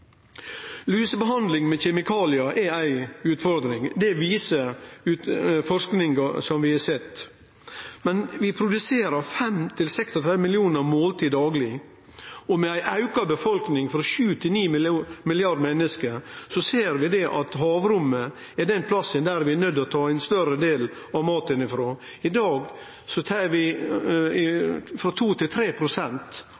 Lusebehandling med kjemikaliar er ei utfordring, det viser forskinga som vi har sett. Men vi produserer 35–36 millionar måltid dagleg, og med ei auka befolkning, frå 7 til 9 milliardar menneske, ser vi at havrommet er den plassen der vi er nøydde til å ta ein større del av maten frå. I dag tar vi